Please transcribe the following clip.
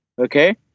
Okay